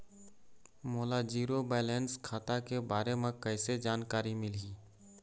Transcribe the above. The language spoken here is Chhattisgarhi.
मोला जीरो बैलेंस खाता के बारे म कैसे जानकारी मिलही?